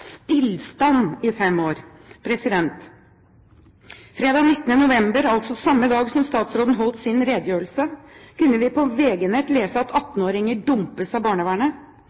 i fem år. Fredag den 19. november, altså samme dag som statsråden holdt sin redegjørelse, kunne vi på VG Nett lese at 18-åringer dumpes av barnevernet.